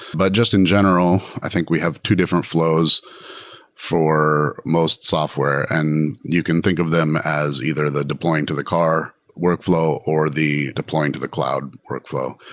but just in general, i think we have two different fl ows for most software, and you can think of them as either the deploying to the car workfl ow or the deploying to the cloud workfl ow.